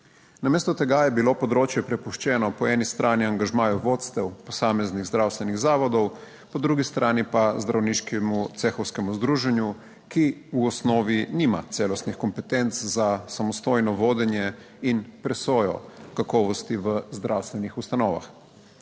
(nadaljevanje) področje prepuščeno po eni strani angažmaju vodstev posameznih zdravstvenih zavodov, po drugi strani pa zdravniškemu cehovskemu združenju, ki v osnovi nima celostnih kompetenc za samostojno vodenje in presojo kakovosti v zdravstvenih ustanovah.